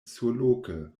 surloke